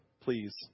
please